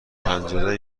پنجره